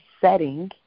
setting